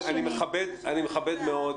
איילת, אני מכבד מאוד.